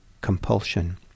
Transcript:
compulsion